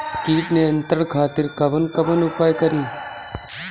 कीट नियंत्रण खातिर कवन कवन उपाय करी?